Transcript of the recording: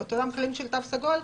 את אותם הכללים של התו הסגול,